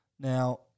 Now